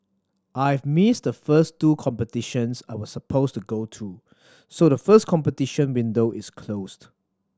I've missed the first two competitions I was supposed to go to so the first competition window is closed